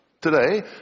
today